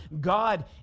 God